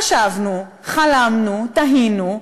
חשבנו, חלמנו, תהינו,